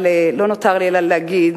אבל לא נותר לי אלא להגיד,